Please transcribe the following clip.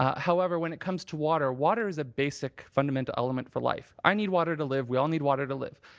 however whether it comes to water, water is a basic fundamental element for life. i need water to live, we all need water to live.